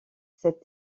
cette